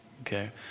okay